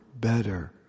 better